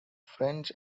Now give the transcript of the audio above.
french